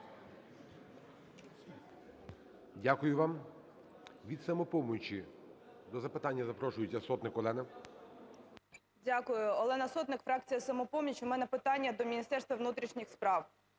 Дякую вам. Від "Самопомочі" до запитання запрошується Сотник Олена. 10:32:49 СОТНИК О.С. Дякую. Олена Сотник, фракція "Самопоміч". У мене питання до Міністерства внутрішніх справ.